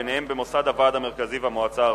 ביניהם מוסד הוועד המרכזי והמועצה הארצית.